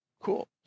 Cool